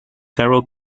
carol